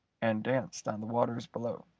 and danced on the waters below.